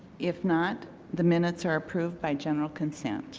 if not the minutes are improved by general consent